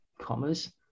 commas